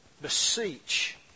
Beseech